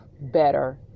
better